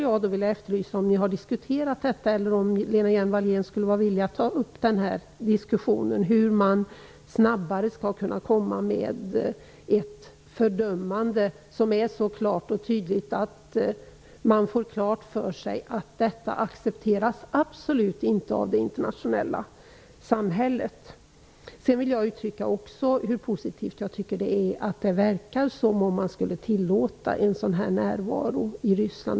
Jag undrar om ni har diskuterat detta, eller om Lena Hjelm-Wallén är villig att ta upp diskussionen om hur vi snabbare skall kunna komma med ett fördömande som är så tydligt att man får klart för sig att sådant här absolut inte accepteras av det internationella samhället. Jag vill också uttrycka hur positivt jag tycker att det är att det verkar som om man tillåter en sådan här närvaro i Ryssland.